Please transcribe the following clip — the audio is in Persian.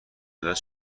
مداد